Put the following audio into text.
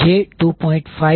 5j2